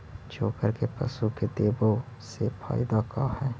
चोकर के पशु के देबौ से फायदा का है?